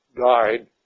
died